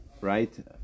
right